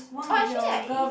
oh actually like he